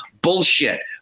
Bullshit